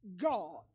God